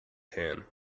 tan